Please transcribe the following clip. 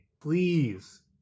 please